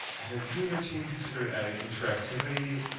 have you and your team considered adding interactivity,